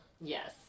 Yes